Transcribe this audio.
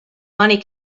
money